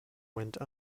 went